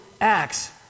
Acts